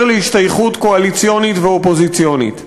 להשתייכות קואליציונית ואופוזיציונית.